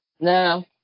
no